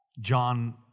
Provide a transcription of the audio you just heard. John